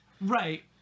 right